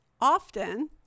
often